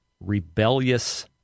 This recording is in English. rebellious